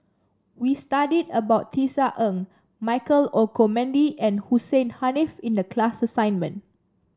we studied about Tisa Ng Michael Olcomendy and Hussein Haniff in the class assignment